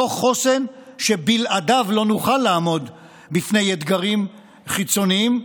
אותו חוסן שבלעדיו לא נוכל לעמוד בפני אתגרים חיצוניים.